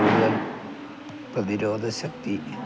കൂടുതൽ പ്രതിരോധ ശക്തി